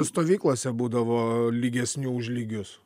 stovyklose būdavo lygesnių už lygius